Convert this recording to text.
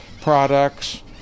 products